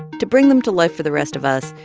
to bring them to life for the rest of us,